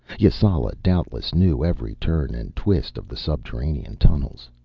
yasala doubtless knew every turn and twist of the subterranean tunnels.